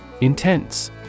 Intense